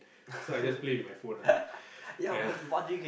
so I just play with my phone ah ya